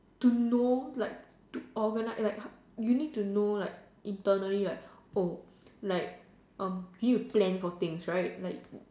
to know like to organise like how you need to know like internally right oh like um you need to plan for things right